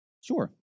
Sure